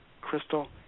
crystal